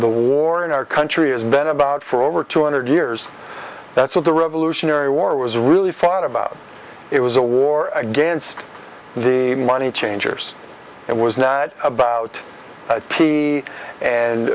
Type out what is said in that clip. the war in our country as ben about for over two hundred years that's what the revolutionary war was really fought about it was a war against the money changers and was now about a t and